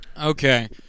Okay